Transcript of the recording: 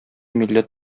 милләт